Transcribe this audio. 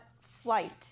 flight